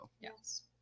yes